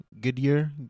Goodyear